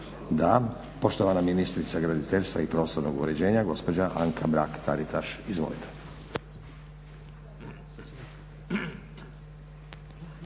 Da. Poštovana ministrica graditeljstva i prostornog uređenja, gospođa Anka Mrak Taritaš. Izvolite.